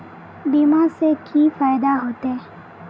बीमा से की फायदा होते?